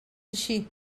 així